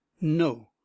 No